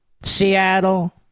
Seattle